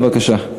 בבקשה.